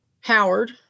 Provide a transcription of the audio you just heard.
Howard